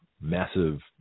massive